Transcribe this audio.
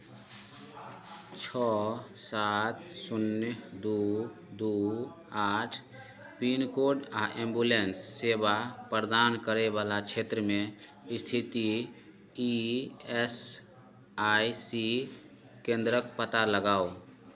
छओ सात शून्य दू दू आठ पिनकोड आ एम्बुलेंस सेवा प्रदान करयवला क्षेत्रमे स्थित ई एस आइ सी केन्द्रक पता लगाउ